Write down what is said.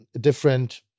different